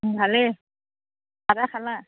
ভালেই চাহ তাহ খালা